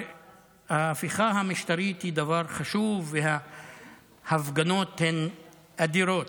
ההפיכה המשטרית היא דבר חשוב וההפגנות הן אדירות,